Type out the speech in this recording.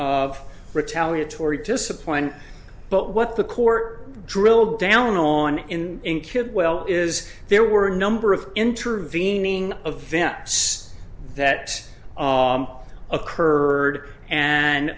of retaliatory discipline but what the court drill down on in in kidwell is there were a number of intervening of vents that occurred and